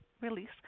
release